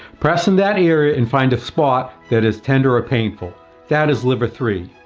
press in that area and find a spot that is tender or painful that is liver three.